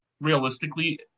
realistically